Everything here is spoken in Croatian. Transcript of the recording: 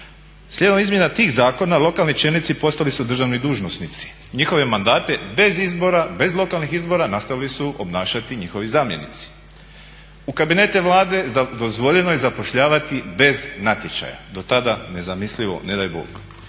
Slijedom izmjena tih zakona lokalni čelnici postali su državni dužnosnici. Njihove mandate bez izbora, bez lokalnih izbora nastavili su obnašati njihovi zamjenici. U kabinete Vlade dozvoljeno je zapošljavati bez natječaja, do tada nezamislivo, ne daj Bog.